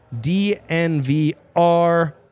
DNVR